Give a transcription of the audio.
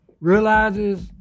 realizes